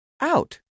out